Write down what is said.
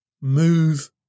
Move